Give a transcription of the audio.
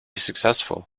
successful